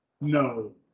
No